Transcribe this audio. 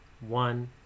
One